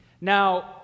Now